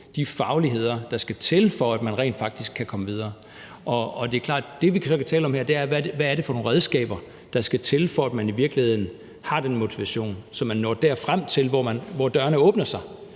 de fagligheder, der skal til, for at man rent faktisk kan komme videre. Og det er klart, at det, vi så her kan tale om, er, hvad det er for nogle redskaber der skal til, for at man i virkeligheden har den motivation, så man når frem dertil, hvor dørene åbner sig,